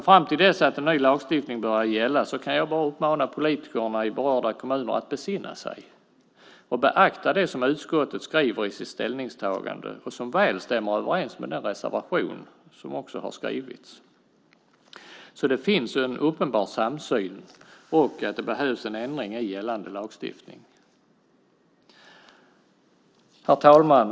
Fram till dess att en ny lagstiftning börjar gälla kan jag bara uppmana politikerna i berörda kommuner att besinna sig och beakta det som utskottet skriver i sitt ställningstagande och som väl stämmer överens med den reservation som har skrivits. Det finns en uppenbar samsyn om att det behövs en ändring i gällande lagstiftning. Herr talman!